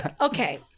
Okay